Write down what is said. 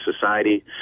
society